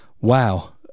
Wow